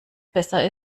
besser